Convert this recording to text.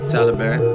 Taliban